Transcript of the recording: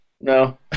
no